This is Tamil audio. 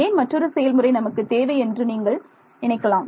ஏன் மற்றொரு செயல்முறை நமக்கு தேவை என்று நீங்கள் நினைக்கலாம்